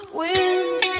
wind